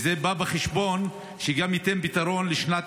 והובא בחשבון שהכסף ששמנו ייתן פתרון גם לשנת